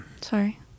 Sorry